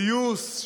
פיוס,